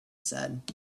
said